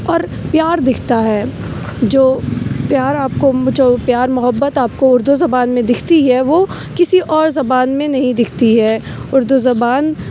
اور پیار دکھتا ہے جو پیار آپ کو پیار محبت آپ کو اردو زبان میں دکھتی ہے وہ کسی اور زبان میں نہیں دکھتی ہے اردو زبان